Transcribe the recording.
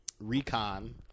recon